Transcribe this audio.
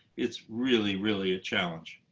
it's really, really a challenge.